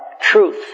truth